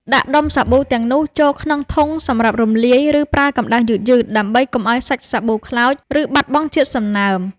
ដាក់ដុំសាប៊ូទាំងនោះចូលក្នុងធុងសម្រាប់រំលាយ រួចប្រើកម្ដៅយឺតៗ ដើម្បីកុំឱ្យសាច់សាប៊ូខ្លោច ឬបាត់បង់ជាតិសំណើម។